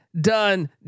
done